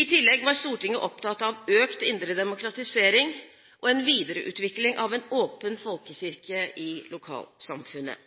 I tillegg var Stortinget opptatt av økt indre demokratisering og en videreutvikling av en åpen folkekirke i lokalsamfunnet.